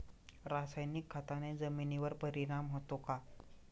रासायनिक खताने जमिनीवर परिणाम होतो का?